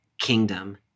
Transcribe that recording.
kingdom